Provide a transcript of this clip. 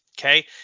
Okay